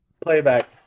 Playback